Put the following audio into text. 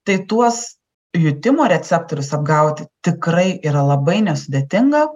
tai tuos jutimo receptorius apgauti tikrai yra labai nesudėtinga